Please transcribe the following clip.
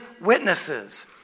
witnesses